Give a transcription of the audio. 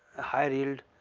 ah higher yield,